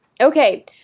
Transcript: Okay